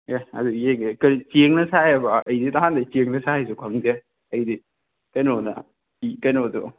ꯑꯦ ꯑꯗꯨꯗꯤ ꯌꯦꯡꯒꯦ ꯀꯔꯤ ꯆꯦꯡꯅ ꯁꯥꯏꯑꯕ ꯑꯩꯗꯤ ꯅꯍꯥꯟꯗꯩ ꯆꯦꯡꯅ ꯁꯥꯏꯁꯨ ꯈꯪꯗꯦ ꯑꯩꯗꯤ ꯀꯩꯅꯣꯅ ꯀꯩꯅꯣꯗꯣ